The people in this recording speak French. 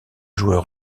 joueur